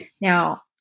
Now